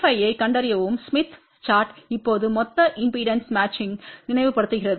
5 ஐக் கண்டறியவும் ஸ்மித் விளக்கப்படம் இப்போது மொத்த இம்பெடன்ஸ் மேட்சிங்த்தை நினைவுபடுத்துகிறது